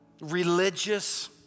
religious